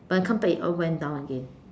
but I come back it all went down again